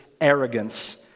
arrogance